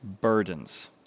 burdens